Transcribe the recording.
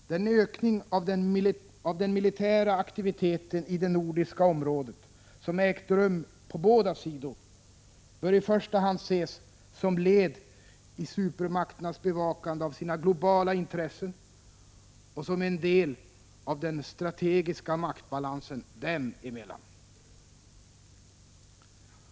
Den ökning av den militära aktiviteten i det nordiska området, som ägt rum på båda sidor, bör i första hand ses som led i supermakternas bevakande av sina globala intressen och som en del av den strategiska maktbalansen dem emellan.